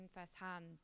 firsthand